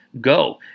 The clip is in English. go